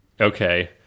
okay